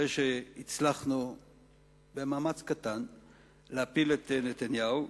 אחרי שהצלחנו במאמץ קטן להפיל את נתניהו,